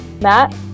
Matt